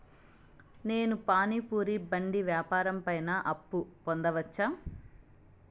నేను పానీ పూరి బండి వ్యాపారం పైన అప్పు పొందవచ్చా?